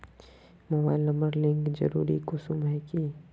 Mobile number link जरुरी कुंसम है की?